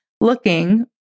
looking